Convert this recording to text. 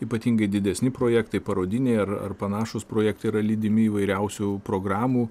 ypatingai didesni projektai parodiniai ar ar panašūs projektai yra lydimi įvairiausių programų